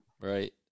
Right